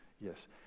Yes